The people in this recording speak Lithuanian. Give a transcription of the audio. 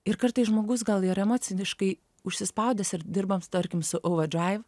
ir kartais žmogus gal ir emociškai užsispaudęs ir dirbant tarkim su overdrive